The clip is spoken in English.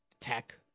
tech